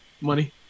money